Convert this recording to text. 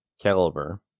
caliber